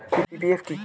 PPF কি?